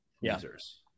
users